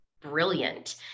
brilliant